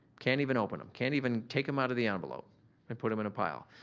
can't even open em, can't even take em out of the envelope and put em in a pile.